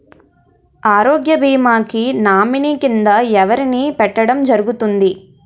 ఆరోగ్య భీమా కి నామినీ కిందా ఎవరిని పెట్టడం జరుగతుంది?